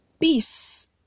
peace